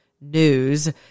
news